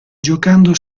giocando